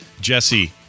Jesse